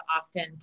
often